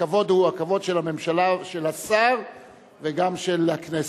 הכבוד הוא הכבוד של השר וגם של הכנסת,